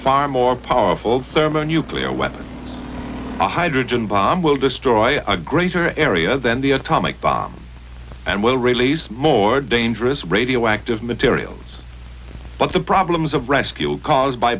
far more powerful thermo nuclear weapon a hydrogen bomb will destroy a greater area than the atomic bomb and will release more dangerous radioactive materials but the problems of rescue are caused by